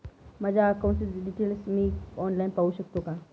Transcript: माझ्या अकाउंटचे डिटेल्स मी ऑनलाईन पाहू शकतो का?